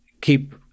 keep